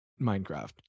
minecraft